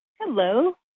Hello